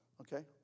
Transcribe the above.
Okay